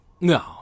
No